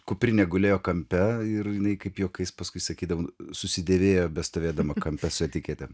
kuprinė gulėjo kampe ir jinai kaip juokais paskui sakydavo susidėvėjo bestovėdama kampe su etikete